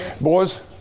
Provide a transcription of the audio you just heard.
Boys